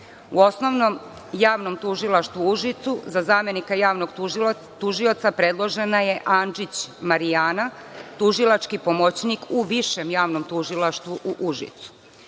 Osnovnom javnom tužilaštvu u Užicu za zamenika Javnog tužioca predložena je Andžić Marijana, tužilački pomoćnik u Višem javnom tužilaštvu u Užicu.U